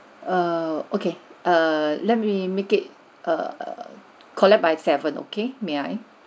err okay err let me make it err collect by seven okay may I